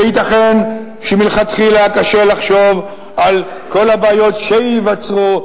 וייתכן שמלכתחילה קשה לחשוב על כל הבעיות שייווצרו.